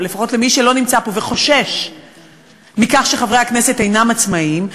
או לפחות למי שלא נמצא פה וחושש מכך שחברי הכנסת אינם עצמאיים.